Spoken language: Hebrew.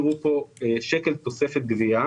קרנות גידור מקבלות לפי רווח הון,